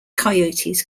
coyotes